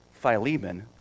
Philemon